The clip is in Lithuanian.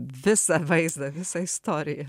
visą vaizdą visą istoriją